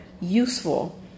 useful